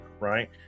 right